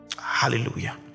hallelujah